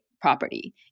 property